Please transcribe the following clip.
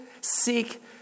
seek